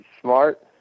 smart